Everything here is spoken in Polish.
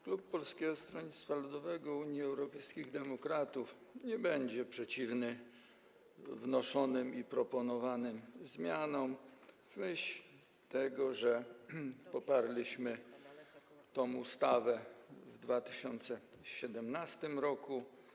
Klub Polskiego Stronnictwa Ludowego - Unii Europejskich Demokratów nie będzie przeciwny wnoszonym, proponowanym zmianom w myśl tego, że poparliśmy tę ustawę w 2017 r.